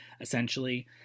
essentially